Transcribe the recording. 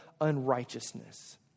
unrighteousness